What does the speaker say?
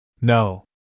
No